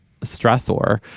stressor